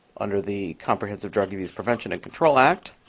under the comprehensive drug abuse prevention and control act,